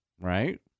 Right